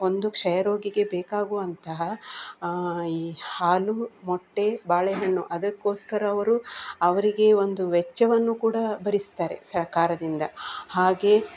ಒಂದು ಕ್ಷಯ ರೋಗಿಗೆ ಬೇಕಾಗುವಂತಹ ಈ ಹಾಲು ಮೊಟ್ಟೆ ಬಾಳೆಹಣ್ಣು ಅದಕ್ಕೋಸ್ಕರ ಅವರು ಅವರಿಗೆ ಒಂದು ವೆಚ್ಚವನ್ನು ಕೂಡ ಭರಿಸ್ತಾರೆ ಸರಕಾರದಿಂದ ಹಾಗೆ